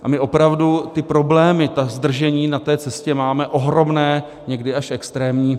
A my opravdu ty problémy, zdržení na té cestě máme ohromné, někdy až extrémní.